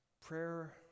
Prayer